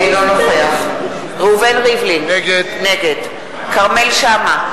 אינו נוכח ראובן ריבלין, נגד כרמל שאמה,